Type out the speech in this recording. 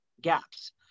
gaps